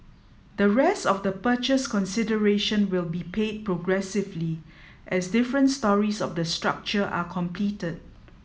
the rest of the purchase consideration will be paid progressively as different storeys of the structure are completed